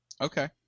Okay